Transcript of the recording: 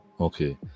okay